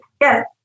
yes